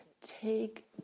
Take